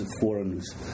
foreigners